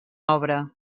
obra